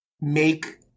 make